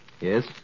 Yes